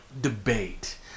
debate